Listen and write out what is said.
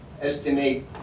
estimate